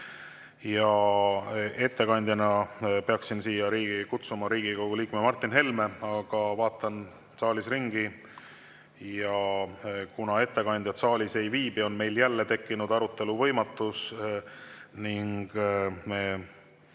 Ettekandeks peaksin siia kutsuma Riigikogu liikme Martin Helme, aga vaatan saalis ringi ja näen, et ettekandjat saalis ei viibi. Meil on jälle tekkinud arutelu võimatus ning me